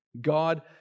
God